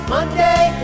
Monday